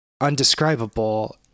undescribable